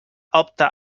opte